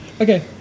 Okay